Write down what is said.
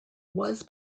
was